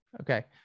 Okay